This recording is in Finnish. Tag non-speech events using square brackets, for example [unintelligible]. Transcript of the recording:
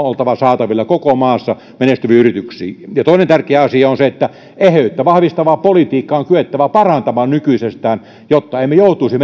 [unintelligible] oltava saatavilla menestyviin yrityksiin koko maassa ja toinen tärkeä asia on se että eheyttä vahvistavaa politiikkaa on kyettävä parantamaan nykyisestään jotta emme joutuisi [unintelligible]